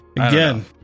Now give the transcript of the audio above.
again